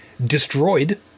Destroyed